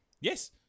Yes